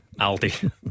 Aldi